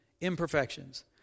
imperfections